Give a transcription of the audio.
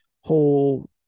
whole